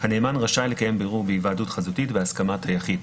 הנאמן רשאי לקיים בירור בהיוועדות חזותית בהסכמת היחיד."